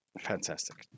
Fantastic